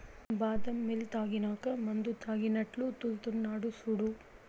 బాదం మిల్క్ తాగినాక మందుతాగినట్లు తూల్తున్నడు సూడు